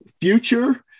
future